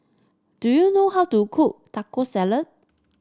do you know how to cook Taco Salad